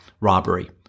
robbery